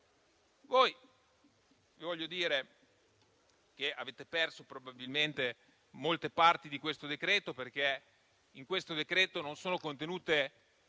Vi voglio dire che avete perso probabilmente molte parti di questo decreto-legge, perché in esso non sono contenute